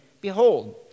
behold